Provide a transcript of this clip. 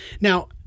Now